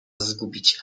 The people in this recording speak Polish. zgubicie